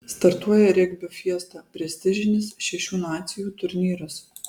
startuoja regbio fiesta prestižinis šešių nacijų turnyras